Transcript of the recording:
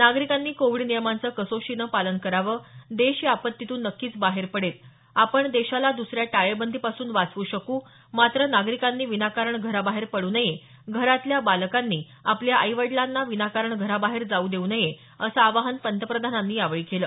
नागरिकांनी कोविड नियमांचं कसोशीनं पालन करावं देश या आपत्तीतून नक्कीच बाहेर पडेल आपण देशाला दुसऱ्या टाळेबंदीपासून वाचवू शकू मात्र नागरिकांनी विनाकारण घराबाहेर पडू नये घरातल्या बालकांनी आपल्या आईवडिलांना विनाकारण घराबाहेर जाऊ देऊ नये असं आवाहन पंतप्रधानांनी केलं